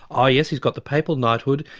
oh, yes, he's got the papal knighthood,